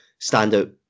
standout